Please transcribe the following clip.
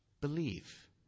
believe